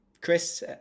Chris